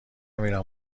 میرم